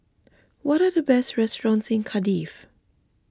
what are the best restaurants in Cardiff